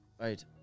Right